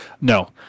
No